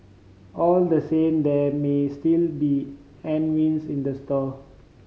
all the same there may still be headwinds in the store